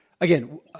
Again